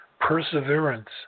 perseverance